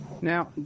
Now